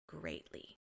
greatly